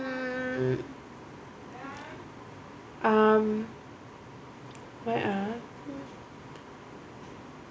mm um what ah